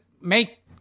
make